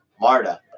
Marta